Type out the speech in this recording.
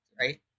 right